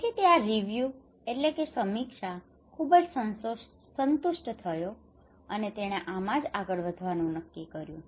તેથી તે આ રિવ્યૂ review સમીક્ષા ખૂબ સંતુષ્ટ થયો અને તેણે આમાં આગળ જવાનું નક્કી કર્યું